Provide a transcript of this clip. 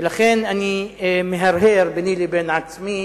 ולכן אני מהרהר ביני לבין עצמי,